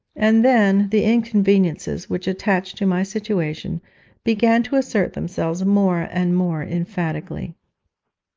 and then the inconveniences which attached to my situation began to assert themselves more and more emphatically.